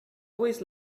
always